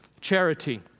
charity